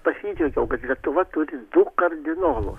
pasidžiaugiau kad lietuva turi du kardinolus